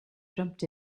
jumped